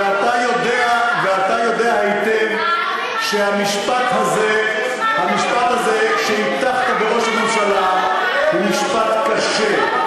ואתה יודע היטב שהמשפט הזה שהטחת בראש הממשלה הוא משפט קשה,